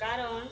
কারণ